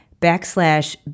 backslash